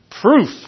proof